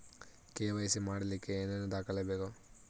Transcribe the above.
KYC ಮಾಡಲಿಕ್ಕೆ ಏನೇನು ದಾಖಲೆಬೇಕು?